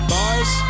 Bars